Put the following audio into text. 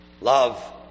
love